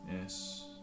Yes